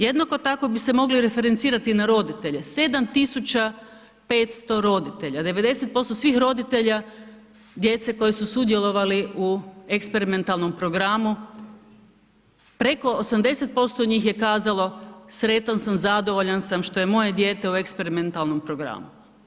Jednako tako bi se mogli referencirati na roditelje, 7.500 roditelja, 90% svih roditelja djece koji su sudjelovali u eksperimentalnom programu preko 80% njih je kazalo sretan sam zadovoljan sam što je moje dijete u eksperimentalnom programu.